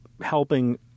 helping